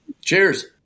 Cheers